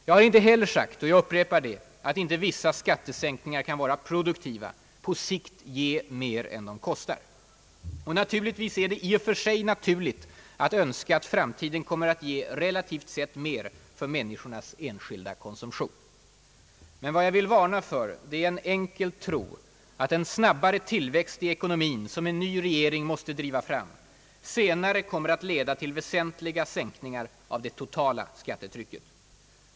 Jag har inte heller sagt, jag upprepar det, att inte vissa skattesänkningar kan vara produktiva, på sikt ge mer än de kostar. Och givetvis är det i och för sig naturligt att önska att framtiden kommer att ge relativt sett mer för människornas enskilda konsumtion. Man vad jag vill varna för är en enkel tro att en snabbare tillväxt i ekonomin, som en ny regering måste driva fram, senare kommer att leda till väsentliga sänkningar av det totala skattetrycket.